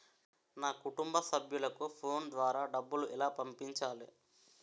నా కుటుంబ సభ్యులకు ఫోన్ ద్వారా డబ్బులు ఎలా పంపించాలి?